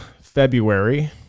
February